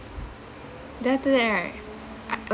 then after that right I